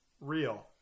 real